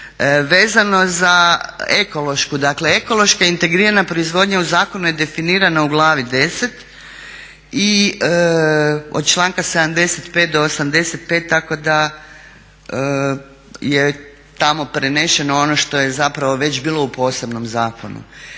vezano za ekološku, dakle ekološka integrirana proizvodnja u zakonu je definirana u glavi 10 i od članka 75. do 85. tako da je tamo preneseno ono što je zapravo već bilo u posebnom zakonu.